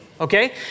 Okay